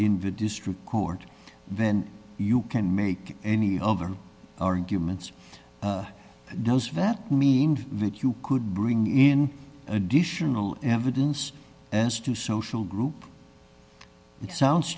in the district court then you can make any over arguments those vets mean that you could bring in additional evidence as to social group it sounds